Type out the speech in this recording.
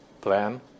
plan